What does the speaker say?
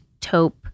taupe